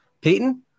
Peyton